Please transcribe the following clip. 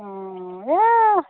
অঁ এই